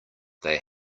they